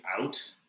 out